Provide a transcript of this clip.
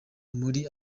muri